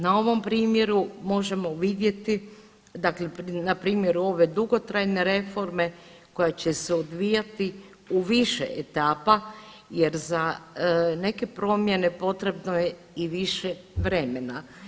Na ovom primjeru možemo vidjeti dakle na primjeru ove dugotrajne reforme koja će se odvijati u više etapa jer za neke promjene potrebno je i više vremena.